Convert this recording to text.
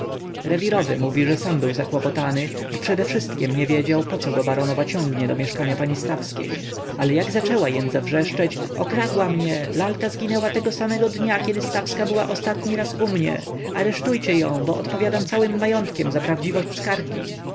rewirowy mówi że sam był zakłopotany bo przedewszystkiem nie wiedział poco go baronowa ciągnie do mieszkania pani stawskiej ale jak zaczęła jędza wrzeszczeć okradła mnie lalka zginęła tego samego dnia kiedy stawska była ostatni raz u mnie aresztujcie ją bo odpowiadam całym majątkiem za prawdziwość skargi